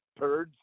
turds